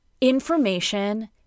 information